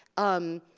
um,